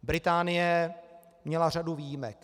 Británie měla řadu výjimek.